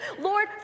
Lord